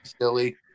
silly